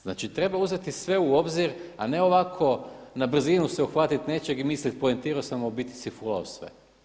Znači treba uzeti sve u obzir a ne ovako na brzinu se uhvatiti nečeg i misliti poentirao sam a u biti si fulao sve.